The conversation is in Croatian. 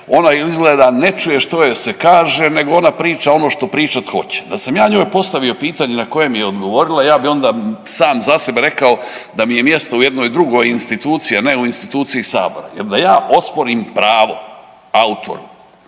ona izgleda ne čuje što joj se kaže nego ona priča ono što pričat hoće. Da sam ja njoj postavio pitanje na koje mi je odgovorila ja bi onda sam za sebe rekao da mi je mjesto u jednoj drugoj instituciji, a ne u instituciji Sabora jer da ja osporim pravo autoru,